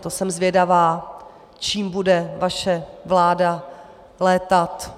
To jsem zvědavá, čím bude vaše vláda létat.